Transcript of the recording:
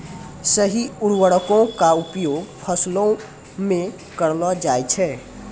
सही उर्वरको क उपयोग फसलो म करलो जाय छै